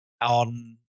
on